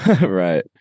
Right